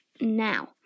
now